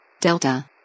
Delta